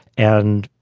and,